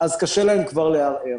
אז קשה להם כבר לערער.